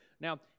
Now